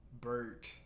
Bert